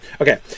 Okay